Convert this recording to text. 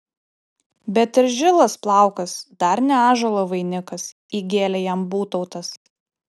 bet ir žilas plaukas dar ne ąžuolo vainikas įgėlė jam būtautas